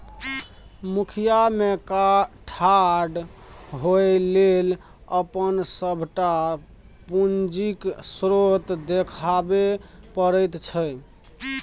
मुखिया मे ठाढ़ होए लेल अपन सभटा पूंजीक स्रोत देखाबै पड़ैत छै